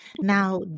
Now